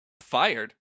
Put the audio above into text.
Fired